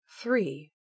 Three